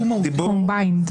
דבריי.